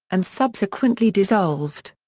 and subsequently dissolved.